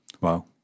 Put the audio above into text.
Wow